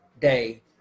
day